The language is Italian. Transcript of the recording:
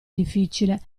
difficile